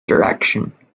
direction